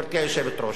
גברתי היושבת-ראש,